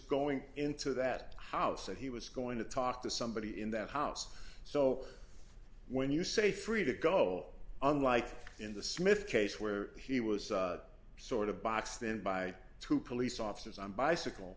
going into that house that he was going to talk to somebody in that house so when you say free to go unlike in the smith case where he was sort of boxed in by two police officers and bicycle